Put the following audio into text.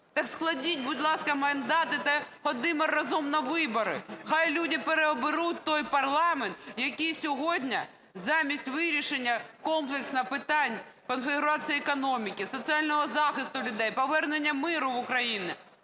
так складіть, будь ласка, мандати та ходімо разом на вибори. Хай люди переоберуть той парламент, який сьогодні, замість вирішення комплексного питань конфігурації економіки, соціального захисту людей, повернення миру в Україну,